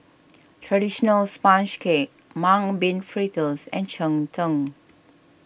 Traditional Sponge Cake Mung Bean Fritters and Cheng Tng